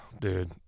dude